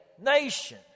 nation